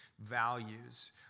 values